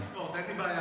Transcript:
אפילו לא טבעוני,